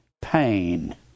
pain